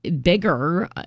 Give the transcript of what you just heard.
bigger